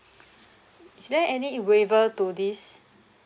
is there any waiver to this